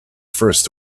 first